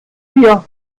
wir